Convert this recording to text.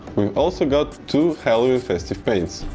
we've also got two halloween festive paints.